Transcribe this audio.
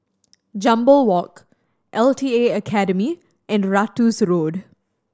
Jambol Walk L T A Academy and Ratus Road